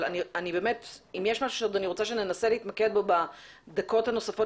אבל אם יש משהו שעוד אני רוצה שננסה להתמקד בו בדקות הנוספות